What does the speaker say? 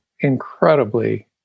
Incredibly